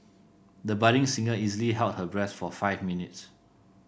the budding singer easily held her breath for five minutes